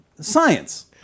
Science